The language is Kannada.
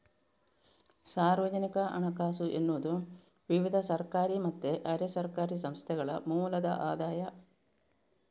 ಸಾರ್ವಜನಿಕ ಹಣಕಾಸು ಎನ್ನುವುದು ವಿವಿಧ ಸರ್ಕಾರಿ ಮತ್ತೆ ಅರೆ ಸರ್ಕಾರಿ ಸಂಸ್ಥೆಗಳ ಮೂಲದ ಆದಾಯ